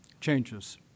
changes